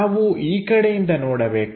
ನಾವು ಈ ಕಡೆಯಿಂದ ನೋಡಬೇಕು